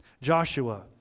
Joshua